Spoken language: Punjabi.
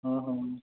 ਹੂੰ ਹੂੰ